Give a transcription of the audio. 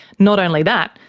not only that,